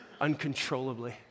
uncontrollably